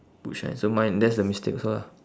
boot shine so mine that's the mistake also lah